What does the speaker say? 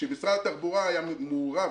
שמשרד התחבורה היה מעורב,